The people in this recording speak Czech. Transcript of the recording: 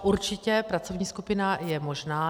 Určitě, pracovní skupina je možná.